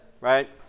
right